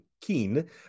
Keen